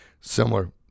Similar